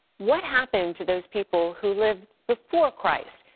what happened to those people who lived before christ?